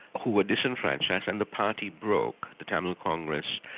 who were disenfranchised and the party broke, the tamil congress,